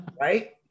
right